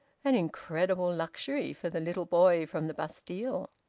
an incredible luxury for the little boy from the bastille!